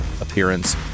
appearance